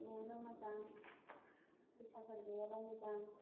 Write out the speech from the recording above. बेहायबो मोजां फैसाफोर गैयाबा मोजां